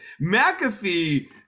McAfee